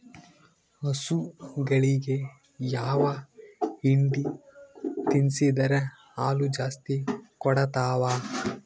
ಹಸುಗಳಿಗೆ ಯಾವ ಹಿಂಡಿ ತಿನ್ಸಿದರ ಹಾಲು ಜಾಸ್ತಿ ಕೊಡತಾವಾ?